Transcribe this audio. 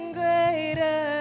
greater